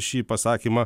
šį pasakymą